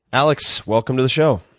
alex, welcome to the show.